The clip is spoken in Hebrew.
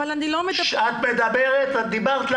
אבל אני לא מדברת על זה.